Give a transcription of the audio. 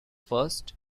first